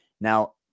Now